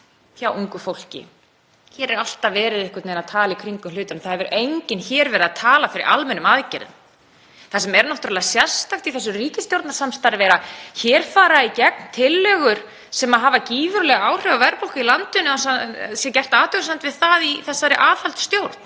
hjá ungu fólki. Hér er alltaf einhvern veginn verið að tala í kringum hlutina. Það hefur enginn hér verið að tala fyrir almennum aðgerðum. Það sem er náttúrlega sérstakt í þessu ríkisstjórnarsamstarfi er að hér fara í gegn tillögur sem hafa gífurleg áhrif á verðbólgu í landinu án þess að gerð sé athugasemd við það í þessari aðhaldsstjórn.